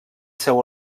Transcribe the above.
seu